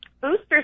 booster